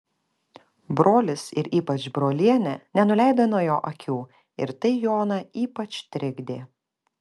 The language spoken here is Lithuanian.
brolis ir ypač brolienė nenuleido nuo jo akių ir tai joną ypač trikdė